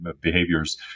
behaviors